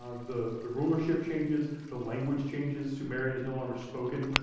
ah the the rulership changes, the language changes, sumerian is no longer spoken,